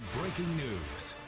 breaking news.